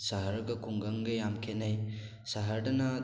ꯁꯍꯔꯒ ꯈꯨꯡꯒꯪꯒ ꯌꯥꯝ ꯈꯦꯠꯅꯩ ꯁꯥꯍꯔꯗꯅ